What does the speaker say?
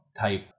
type